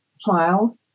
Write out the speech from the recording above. trials